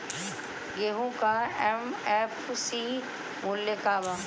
गेहू का एम.एफ.सी मूल्य का बा?